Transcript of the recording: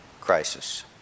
crisis